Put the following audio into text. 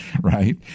right